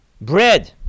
bread